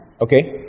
Okay